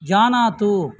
जानातु